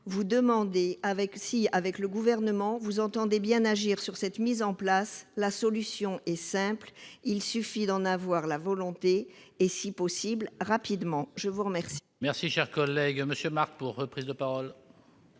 vous demander si, avec le Gouvernement, vous entendez bien agir sur cette mise en place. La solution est simple, il suffit juste d'en avoir la volonté et si possible rapidement. La parole